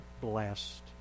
blessed